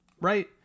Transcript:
Right